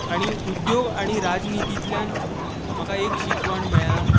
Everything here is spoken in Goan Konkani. आनी उद्द्योग आणी राजनितींतल्यान म्हाका एक शिकवण मेळ्या